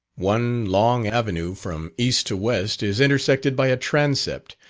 one long avenue from east to west is intersected by a transept,